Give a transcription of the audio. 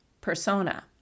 persona